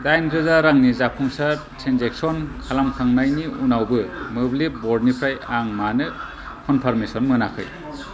दाइन रोजा रांनि जाफुंसार ट्रेन्जेकसन खालामखांनायनि उनावबो मोब्लिब बर्डनिफ्राय आं मानो कनफारमेसन मोनाखै